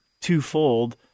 twofold